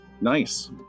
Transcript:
Nice